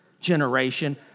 generation